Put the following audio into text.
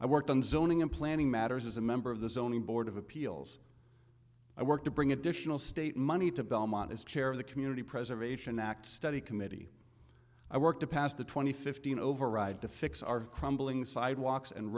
i worked on zoning and planning matters as a member of the zoning board of appeals i worked to bring additional state money to belmont as chair of the community preservation act study committee i work to pass the twenty fifteen override to fix our crumbling sidewalks and